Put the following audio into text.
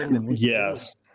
Yes